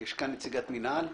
יש כאן נציגת מינהל?